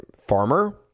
farmer